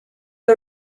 the